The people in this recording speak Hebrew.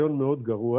ניסיון מאוד גרוע